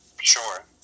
sure